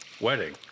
Wedding